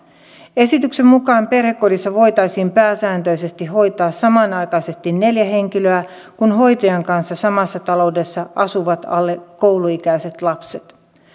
esityksen mukaan perhekodissa voitaisiin pääsääntöisesti hoitaa samanaikaisesti neljä henkilöä kun hoitajan kanssa samassa taloudessa asuvat alle kouluikäiset lapset